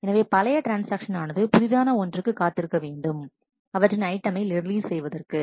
எனவே பழைய ட்ரான்ஸ்ஆக்ஷன் ஆனது புதிதான ஒன்றுக்கு காத்திருக்க வேண்டும் அவற்றின் ஐட்டமை ரிலீஸ் செய்வதற்கு